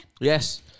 Yes